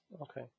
Okay